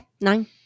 nine